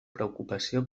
preocupació